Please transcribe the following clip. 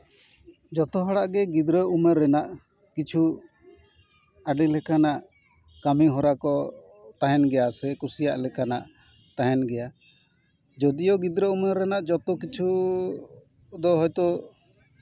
ᱡᱚᱛᱚ ᱦᱚᱲᱟᱜ ᱜᱮ ᱜᱤᱫᱽᱨᱟᱹ ᱩᱢᱟᱹᱨ ᱨᱮᱱᱟᱜ ᱠᱤᱪᱷᱩ ᱟᱹᱰᱤ ᱞᱮᱠᱟᱱᱟᱜ ᱠᱟᱹᱢᱤ ᱦᱚᱨᱟ ᱠᱚ ᱛᱟᱦᱮᱱ ᱜᱮᱭᱟ ᱥᱮ ᱠᱩᱥᱤᱭᱟᱜ ᱞᱮᱠᱟᱱᱟᱜ ᱛᱟᱦᱮᱱ ᱜᱮᱭᱟ ᱡᱚᱫᱤᱭᱳ ᱜᱤᱫᱽᱨᱟᱹ ᱩᱢᱟᱹᱨ ᱨᱮᱱᱟᱜ ᱡᱚᱛᱚ ᱠᱤᱪᱷᱩ ᱫᱚ ᱦᱚᱭᱛᱳ